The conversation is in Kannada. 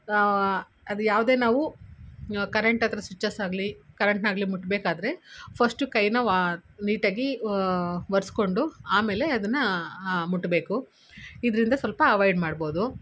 ಅದು ಯಾವುದೇ ನಾವು ಕರೆಂಟ್ ಹತ್ರ ಸ್ವಿಚಸ್ ಆಗಲಿ ಕರೆಂಟ್ನಾಗಲಿ ಮುಟ್ಬೇಕಾದರೆ ಫರ್ಸ್ಟು ಕೈನ ವಾ ನೀಟಾಗಿ ಒರೆಸ್ಕೊಂಡು ಆಮೇಲೆ ಅದನ್ನು ಮುಟ್ಟಬೇಕು ಇದರಿಂದ ಸ್ವಲ್ಪ ಅವಾಯ್ಡ್ ಮಾಡ್ಬೋದು